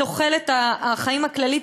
תוחלת החיים הכללית,